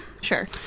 Sure